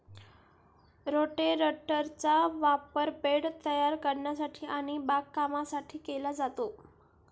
रोटेटरचा वापर बेड तयार करण्यासाठी आणि बागकामासाठी केला जातो